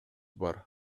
бар